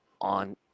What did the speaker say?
on